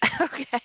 okay